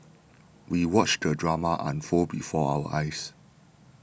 we watched the drama unfold before our eyes